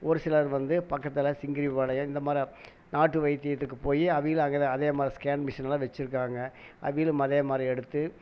ஒரு சிலர் வந்து பக்கத்தில் சிங்கிரி பாளையம் இந்த மாதிரி நாட்டு வைத்தியத்துக்கு போய் அவங்களும் அங்கே அதே மாதிரி ஸ்கேன் மிஷின்லாம் வச்சிருக்காங்கள் அவங்களும் அதே மாதிரி எடுத்து